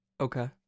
Okay